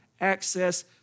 access